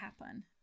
happen